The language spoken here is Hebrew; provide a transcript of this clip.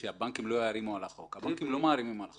בעצם השאלה שלך שהבנקים לא יערימו על החוק הבנקים לא מערימים על החוק,